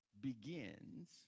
begins